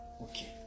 Okay